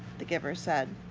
the giver said.